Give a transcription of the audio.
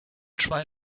try